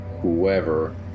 whoever